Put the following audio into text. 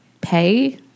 pay